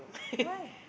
why